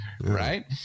right